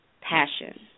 passion